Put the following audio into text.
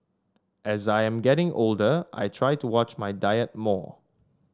as I am getting older I try to watch my diet more